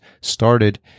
started